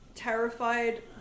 terrified